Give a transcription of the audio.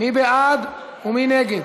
אחמד טיבי, עאידה